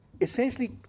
essentially